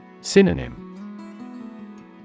Synonym